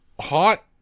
hot